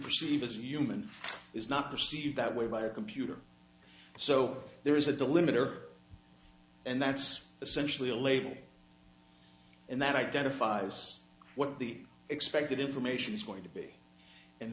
perceive this human is not perceived that way by a computer so there is a delimiter and that's essentially a label and that identifies what the expected information is going to be and